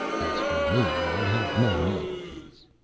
as for me, i have no need of these.